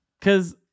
Cause